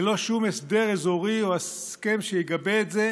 ללא שום הסדר אזורי או הסכם שיגבה את זה,